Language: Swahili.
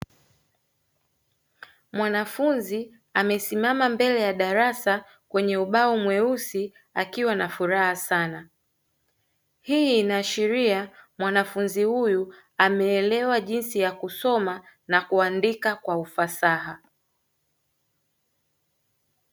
Mwanafunzi amesimama mbele ya darasa kwenye ubao mweusi akiwa na furaha sana, hii inaashiria mwanafunzi ameelewa jinsi ya kusoma na kuandika kwa ufasaha.